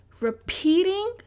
Repeating